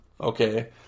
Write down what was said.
okay